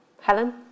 Helen